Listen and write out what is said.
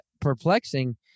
perplexing